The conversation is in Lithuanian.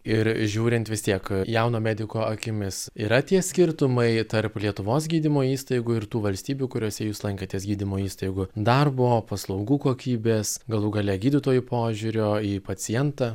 ir žiūrint vis tiek jauno mediko akimis yra tie skirtumai tarp lietuvos gydymo įstaigų ir tų valstybių kuriose jūs lankėtės gydymo įstaigų darbo paslaugų kokybės galų gale gydytojų požiūrio į pacientą